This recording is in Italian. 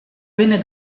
venne